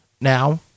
now